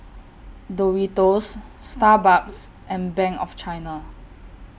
Doritos Starbucks and Bank of China